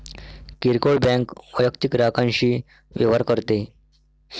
किरकोळ बँक वैयक्तिक ग्राहकांशी व्यवहार करते